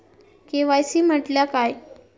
KYC म्हटल्या काय?